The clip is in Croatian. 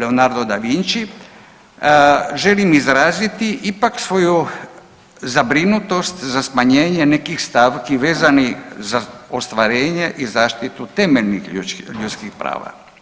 Leonardo da Vinci, želim izraziti ipak svoju zabrinutost za smanjenje nekih stavki vezanih za ostvarenje i zaštitu temeljnih ljudskih prava.